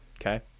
Okay